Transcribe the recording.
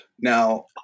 Now